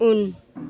उन